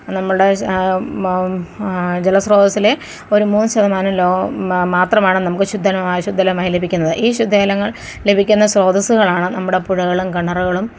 നമ്മുടെ ജലസ്രോതസ്സിലെ ഒരു മൂന്നുശതമാനം ലോ മ മാത്രമാണ് നമുക്ക് ശുദ്ധജലമായി ശുദ്ധജലമായി ലഭിക്കുന്നത് ഈ ശുദ്ധജലങ്ങൾ ലഭിക്കുന്ന സ്രോതസ്സുകളാണ് നമ്മുടെ പുഴകളും കിണറുകളും